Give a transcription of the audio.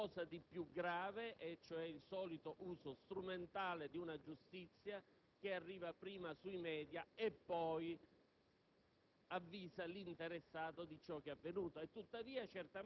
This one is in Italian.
o è un *ballon d'essai* oppure è qualcosa di più grave e cioè il solito uso strumentale di una giustizia che arriva prima sui *media* e poi